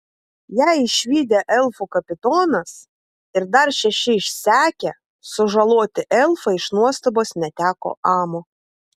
ją išvydę elfų kapitonas ir dar šeši išsekę sužaloti elfai iš nuostabos neteko amo